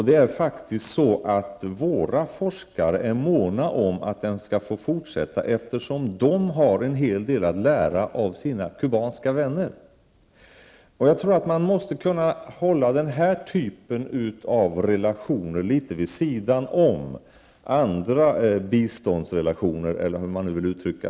Det är faktiskt så att våra forskare är måna om att den skall få fortsätta, eftersom de har en hel del att lära av sina kubanska vänner. Jag tror att man måste hålla denna typ av relationer litet vid sidan om andra biståndsrelationer.